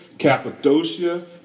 Cappadocia